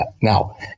Now